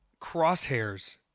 crosshairs